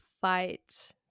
fight